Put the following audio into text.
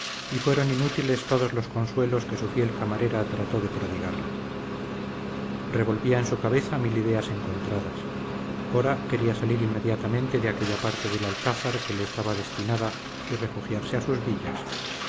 y fueron inútiles todos los consuelos que su fiel camarera trató de prodigarle revolvía en su cabeza mil ideas encontradas ora quería salir inmediatamente de aquella parte del alcázar que le estaba destinada y refugiarse a sus villas